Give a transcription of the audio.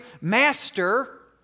Master